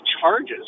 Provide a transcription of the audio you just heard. charges